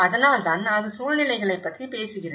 அதனால் தான் அது சூழ்நிலைகளைப் பற்றி பேசுகிறது